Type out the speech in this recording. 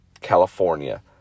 California